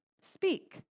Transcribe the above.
speak